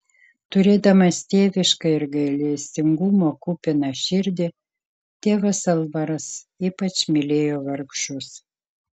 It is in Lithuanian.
turėdamas tėvišką ir gailestingumo kupiną širdį tėvas alvaras ypač mylėjo vargšus